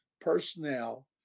personnel